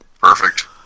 Perfect